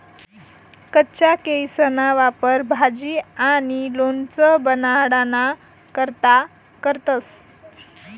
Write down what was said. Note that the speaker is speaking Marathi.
कच्चा केयीसना वापर भाजी आणि लोणचं बनाडाना करता करतंस